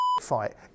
fight